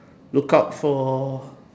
look out for